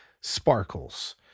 sparkles